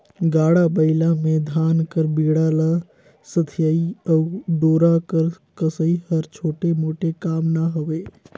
गाड़ा बइला मे धान कर बीड़ा ल सथियई अउ डोरा कर कसई हर छोटे मोटे काम ना हवे